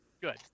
good